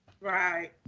Right